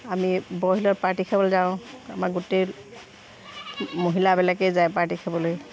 আমি বৰশিলত পাৰ্টি খাবলৈ যাওঁ আমাৰ গোটেই মহিলাবিলাকেই যায় পাৰ্টী খাবলৈ